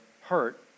hurt